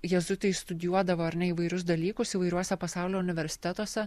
jėzuitai studijuodavo ar ne įvairius dalykus įvairiuose pasaulio universitetuose